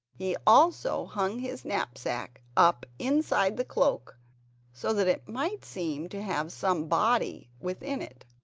he also hung his knapsack up inside the cloak so that it might seem to have some body within it.